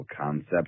concept